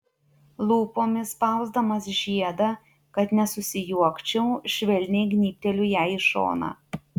lūpomis spausdamas žiedą kad nesusijuokčiau švelniai gnybteliu jai į šoną